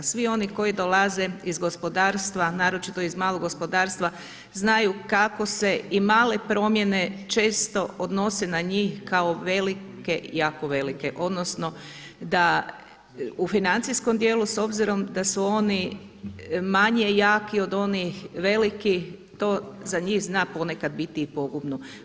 Svi oni koji dolaze iz gospodarstva, naročito iz malog gospodarstva znaju kako se i male promjene često odnose na njih kao velike, jako velike odnosno da u financijskom dijelu s obzirom da su oni manje jaki od onih velikih to za njih zna ponekad biti i pogubno.